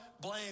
blame